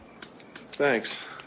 Thanks